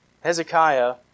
Hezekiah